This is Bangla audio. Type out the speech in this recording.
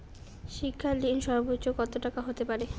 শিক্ষা ঋণ সর্বোচ্চ কত টাকার হতে পারে?